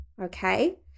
okay